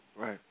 right